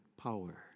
power